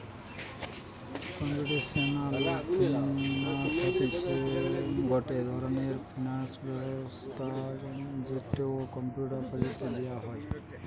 computational finance হতিছে গটে ধরণের ফিনান্স ব্যবস্থা যেটো কম্পিউটার প্রযুক্তি দিয়া হই